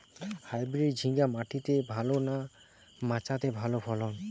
Hybrid ঝিঙ্গা মাটিতে ভালো না মাচাতে ভালো ফলন?